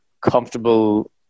comfortable